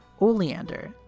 Oleander